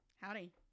Howdy